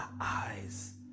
eyes